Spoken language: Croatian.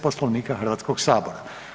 Poslovnika Hrvatskoga sabora.